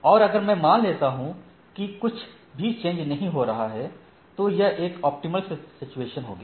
और अगर मैं मान लेता हूं कि कुछ भी चेंज नहीं हो रहा है तो यह एक ऑप्टिमल सिचुएशन होगी